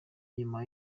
nyuma